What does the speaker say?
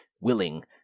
willing